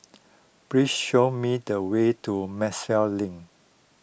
please show me the way to Maxwell Link